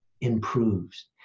improves